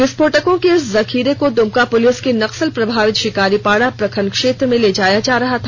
विस्फोटकों के इस जखीरे को दुमका जिले के नक्सल प्रभावित शिकारीपाडा प्रखंड क्षेत्र में ले जाया जा रहा था